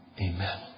amen